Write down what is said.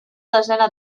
desena